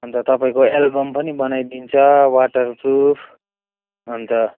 अन्त तपाईँको एल्बम पनि बनाइदिन्छ वाटरप्रुफ अन्त